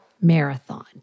marathon